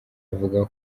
avuga